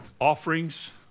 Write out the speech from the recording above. offerings